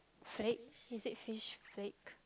freak isn't fish freak